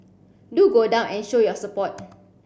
do go down an show your support